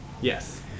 Yes